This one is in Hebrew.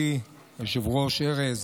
ידידי היושב-ראש ארז,